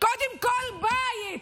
קודם כול בית,